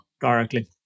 directly